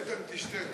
איתן, תשתה.